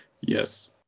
Yes